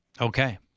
Okay